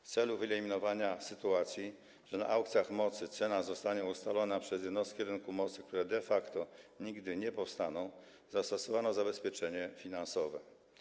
W celu wyeliminowania sytuacji, że na aukcjach mocy cena zostanie ustalona przez jednostki rynku mocy, które de facto nigdy nie powstaną, zastosowano zabezpieczenia finansowe.